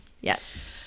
Yes